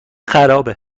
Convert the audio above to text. خراب